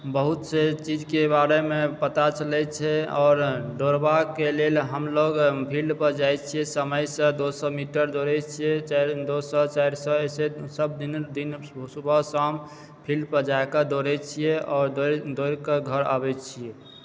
बहुतसे चीजके बारेमे पता चलै छै आओर दौड़बाक लेल हम लोग फील्ड पर जाइत छियै समयसँ दो सए मीटर दौड़ै छियै चारि दो सए चारि सए एसे सभ दिन दिन सुबह शाम फील्ड पर जाइके दौड़ैत छियै आओर दौड़ दौड़क घर आबैत छियै